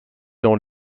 dans